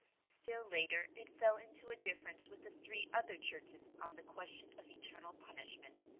still later it fell into a difference with the three other churches on the question of eternal punishment,